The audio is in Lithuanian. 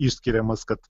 išskiriamas kad